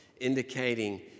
indicating